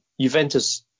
Juventus